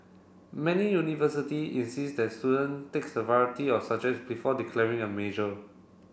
many university insist that student takes a variety of subjects before declaring a major